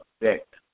effect